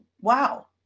wow